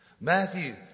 Matthew